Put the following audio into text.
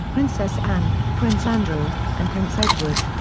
princess anne, prince andrew, and prince edward.